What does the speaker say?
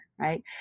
Right